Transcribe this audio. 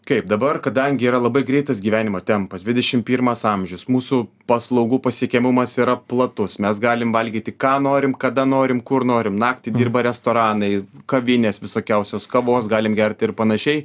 kaip dabar kadangi yra labai greitas gyvenimo tempas dvidešim pirmas amžius mūsų paslaugų pasiekiamumas yra platus mes galim valgyti ką norim kada norim kur norim naktį dirba restoranai kavinės visokiausios kavos galim gerti ir panašiai